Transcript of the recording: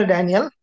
Daniel